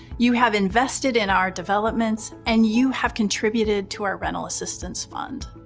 you have invested in our developments, and you have contributed to our rental assistance fund.